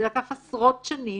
זה לקח עשרות שנים,